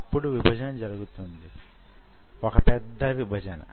అప్పుడు విభజన జరుగుతుంది వొక పెద్ద విభజన